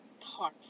thoughtful